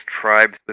tribes